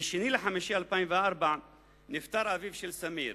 ב-2 במאי 2004 נפטר אביו של סמיר.